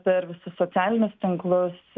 per visus socialinius tinklus